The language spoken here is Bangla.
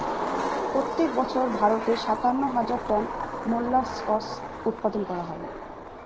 প্রত্যেক বছর ভারতে সাতান্ন হাজার টন মোল্লাসকস উৎপাদন হয়